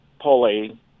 pulley